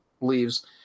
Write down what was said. leaves